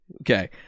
Okay